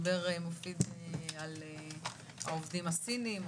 העובדים הסינים,